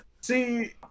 See